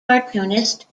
cartoonist